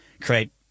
create